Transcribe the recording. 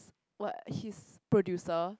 what his producer